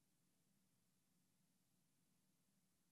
מהרשימה